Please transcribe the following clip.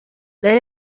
let